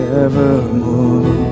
evermore